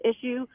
issue